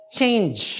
change